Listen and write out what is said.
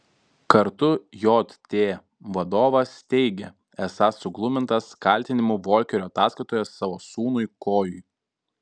kartu jt vadovas teigė esąs suglumintas kaltinimų volkerio ataskaitoje savo sūnui kojui